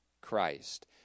Christ